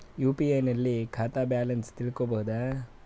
UPI ನಲ್ಲಿ ಖಾತಾ balance ತಿಳಕೊ ಬಹುದಾ?